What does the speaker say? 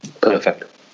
perfect